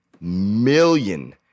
million